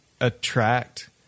attract